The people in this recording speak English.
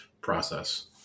process